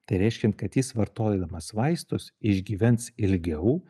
tai reiškia kad jis vartodamas vaistus išgyvens ilgiau